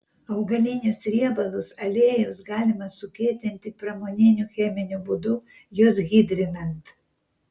augalinius riebalus aliejus galima sukietinti pramoniniu cheminiu būdu juos hidrinant